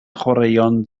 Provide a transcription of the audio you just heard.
chwaraeon